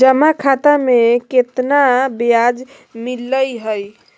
जमा खाता में केतना ब्याज मिलई हई?